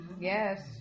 Yes